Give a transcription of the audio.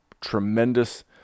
Tremendous